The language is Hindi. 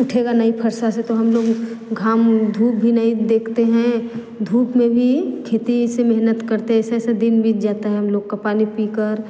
उठेगा नहीं फरसा से तो हम लोग घाम धूप भी नहीं देखते हैं धूप में भी खेती से मेहनत करते हैं ऐसे ऐसे दिन बीत जाता है हम लोग का पानी पीकर